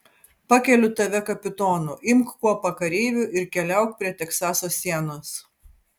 pakeliu tave kapitonu imk kuopą kareivių ir keliauk prie teksaso sienos